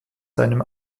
seinem